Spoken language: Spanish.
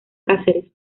cáceres